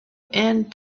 and